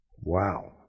Wow